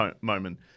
moment